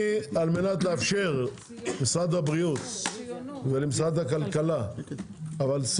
על מנת לאפשר למשרד הבריאות ולמשרד הכלכלה אבל,